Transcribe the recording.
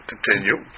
Continue